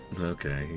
Okay